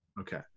Okay